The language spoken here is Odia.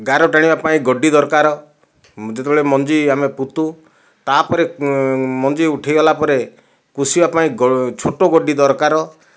ଗାର ଟାଣିବା ପାଇଁ ଗଡ୍ଡି ଦରକାର ଯେତେବେଳେ ମଞ୍ଜି ଆମେ ପୋତୁ ତାପରେ ମଞ୍ଜି ଉଠିଗଲା ପରେ କୁସିବା ପାଇଁ ଛୋଟ ଗଡ୍ଡି ଦରକାର